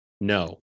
no